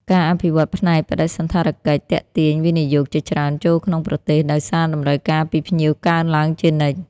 ការអភិវឌ្ឍផ្នែកបដិសណ្ឋារកិច្ចទាក់ទាញវិនិយោគជាច្រើនចូលក្នុងប្រទេស ដោយសារតម្រូវការពីភ្ញៀវកើនឡើងជានិច្ច។